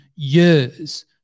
years